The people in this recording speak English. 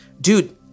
dude